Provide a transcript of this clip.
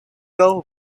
goal